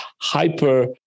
Hyper